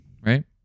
right